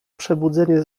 przebudzenie